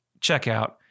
checkout